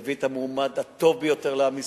אביא את המועמד הטוב ביותר לעם ישראל,